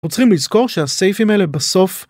רוצים לזכור שהסייפים האלה בסוף